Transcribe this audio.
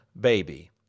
baby